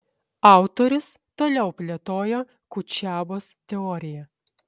autorius toliau plėtojo kutšebos teoriją